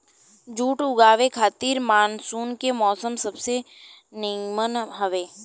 जुट उगावे खातिर मानसून के मौसम सबसे निमन हवे